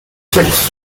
six